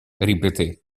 ripetè